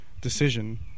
decision